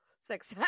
six